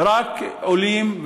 רק מתייקרים,